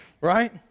right